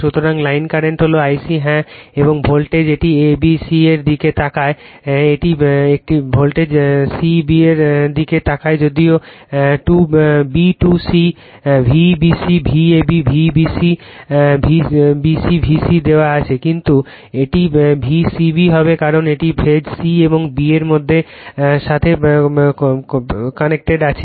সুতরাং line current হল Ic হ্যাঁ এবং ভোল্টেজ এটি a b c এর দিকে তাকায় এটি ভোল্টেজ c b এর দিকে তাকায় যদিও b to c V bc V ab V bc b c দেওয়া আছে কিন্তু এটি V c b হবে কারণ এটি ফেজ c এবং এটি b এর সাথে কানেক্টেড আছে